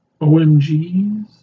OMGs